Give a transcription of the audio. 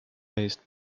paste